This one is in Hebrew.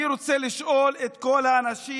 אני רוצה לשאול את כל האנשים: